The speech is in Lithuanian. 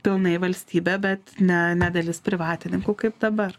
pilnai valstybė bet ne ne dalis privatininkų kaip dabar